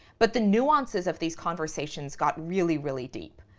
but the nuances of these conversations got really, really deep.